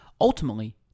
Ultimately